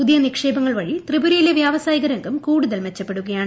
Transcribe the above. പുതിയ നിക്ഷേപങ്ങൾ വഴി ത്രിപുരയിലെ വ്യാവസായിക രംഗം കൂടുതൽ മെച്ചപ്പെടുകയാണ്